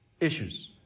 issues